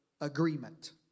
agreement